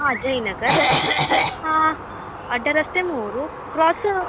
ಹಾಂ ಜಯನಗರ ಹಾಂ ಅಡ್ಡ ರಸ್ತೆ ಮೂರು ಕ್ರಾಸ್